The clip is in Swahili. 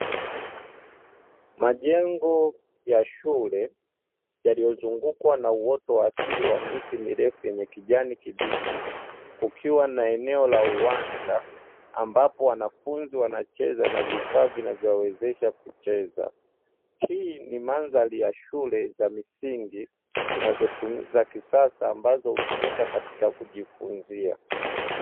Majengo ya shule yaliyozungukwa na uoto wa asili wa miti mirefu yenye kijani kibichi, kukiwa na eneo la uwanja ambapo wanafunzi wanacheza na vifaa vinavyowezesha kucheza, hii ni mandhari ya shule za misingi za kisasa ambazo hutumika katika kujifunzia.